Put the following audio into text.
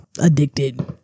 addicted